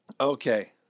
Okay